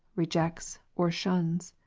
rejects, or shuns.